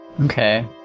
Okay